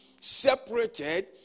separated